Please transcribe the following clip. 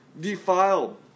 defiled